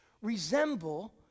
resemble